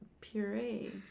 puree